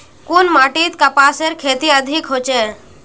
कुन माटित कपासेर खेती अधिक होचे?